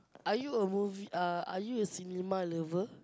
are you a movie uh are you a cinema lover